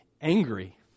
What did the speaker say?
angry